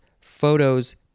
Photos